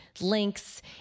links